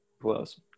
close